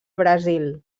brasil